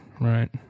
right